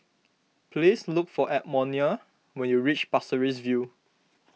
please look for Edmonia when you reach Pasir Ris View